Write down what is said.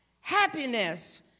Happiness